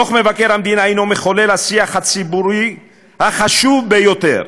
דוח מבקר המדינה הוא מחולל השיח הציבורי החשוב ביותר,